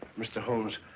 mr. holmes,